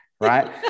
right